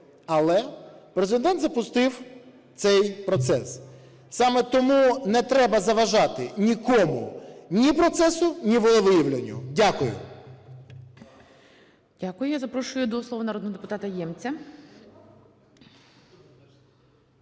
Але Президент запустив цей процес. Саме тому не треба заважати нікому – ні процесу, ні волевиявленню. Дякую.